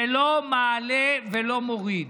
זה לא מעלה ולא מוריד.